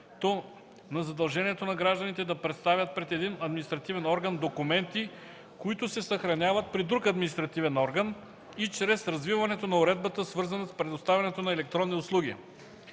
на задължението на гражданите да представят пред един административен орган документи, които се съхраняват при друг административен орган и чрез развиването на уредбата, свързана с предоставянето на електронни услуги.